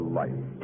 life